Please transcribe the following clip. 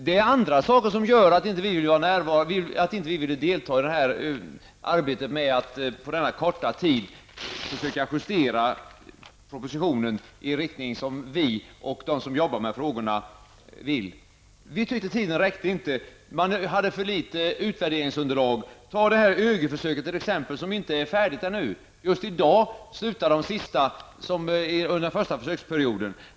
Det var andra faktorer som gjorde att vi inte ville delta i arbetet med att på denna korta tid försöka justera propositionen i den riktning som vi och de som jobbar med frågorna vill. Vi tyckte inte att tiden räckte, och att man hade för litet utvärderingsunderlag. Vi kan ta ÖGY-försöket som exempel. Det är ännu inte färdigt. Just i dag slutar de sista som ingår i den första försöksperioden.